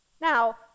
Now